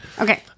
Okay